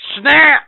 Snap